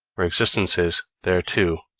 where existence is, there, too,